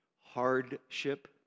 hardship